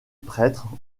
prêtre